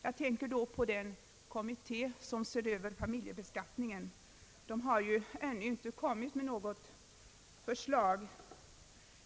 Jag tänker då på den kommitté som ser över familjebeskattningen. Den har ännu inte kommit med något förslag.